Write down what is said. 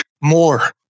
more